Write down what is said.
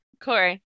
Corey